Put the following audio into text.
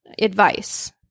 advice